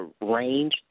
range